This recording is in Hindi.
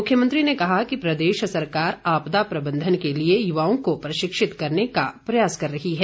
मुख्यमंत्री ने कहा कि प्रदेश सरकार आपदा प्रबंधन के लिए युवाओं को प्रशिक्षित करने का प्रयास कर रही है